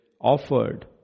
Offered